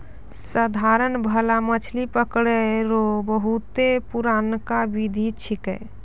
साधारण भाला मछली पकड़ै रो बहुते पुरनका बिधि छिकै